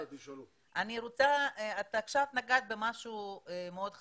את עכשיו נגעת במשהו שבעיניי הוא מאוד חשוב.